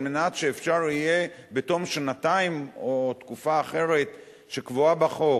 על מנת שאפשר יהיה בתום שנתיים או תקופה אחרת שקבועה בחוק